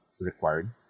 required